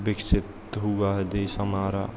विकसित हुआ है देश हमारा